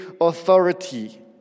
authority